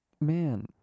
Man